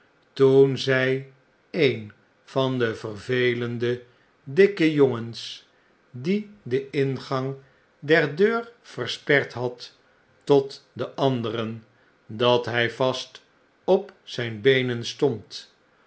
toen zei een van de vervelende dikke jongens die den ingang der deur versperd had tot de anderen dat by vast op zijn beenen stond